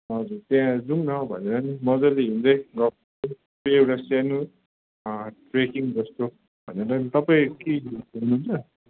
हजुर त्यहाँ जाउँ न भनेर नि मजाले हिँङ्दै गफ गर्दै त्यो एउटा सानो ट्रेकिङ जस्तो भनेर नि तपाईँ के भ्याउनुहुन्छ